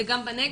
זה גם בנגב,